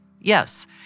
Yes